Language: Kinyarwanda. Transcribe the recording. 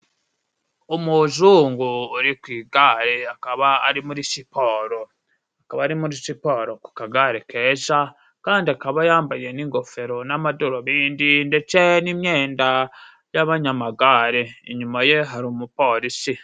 umujungu uri ku igare akaba ari muri siporo, akaba ari muri siporo ku kagare keja kandi akaba yambaye n'ingofero n'amadorubindi ndece n'imyenda y'abanyamagare inyuma ye hari umupolisi.